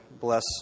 bless